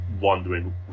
wondering